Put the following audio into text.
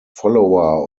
follower